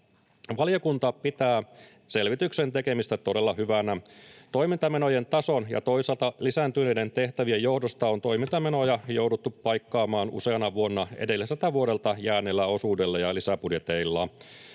Valiokunta pitää selvityksen tekemistä todella hyvänä. Toimintamenojen tason ja toisaalta lisääntyneiden tehtävien johdosta on toimintamenoja jouduttu paikkaamaan useana vuonna edelliseltä vuodelta jääneellä osuudella ja lisäbudjeteilla.